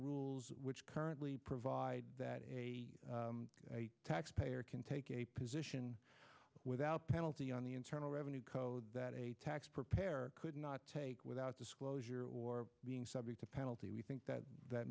rules which currently provide that a taxpayer can take a position without penalty on the internal revenue code that a tax preparer could not take without disclosure or being subject to penalty we think that that